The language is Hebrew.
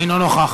אינו נוכח.